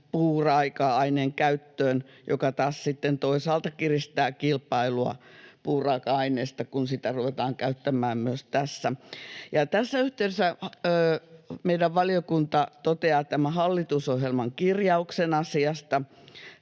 puuraaka-aineen käyttöön, joka taas sitten toisaalta kiristää kilpailua puuraaka-aineesta, kun sitä ruvetaan käyttämään myös tässä. Tässä yhteydessä meidän valiokuntamme toteaa tämän hallitusohjelman kirjauksen asiasta.